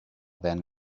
than